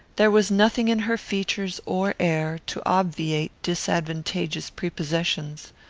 there was nothing in her features or air to obviate disadvantageous prepossessions.